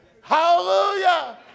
hallelujah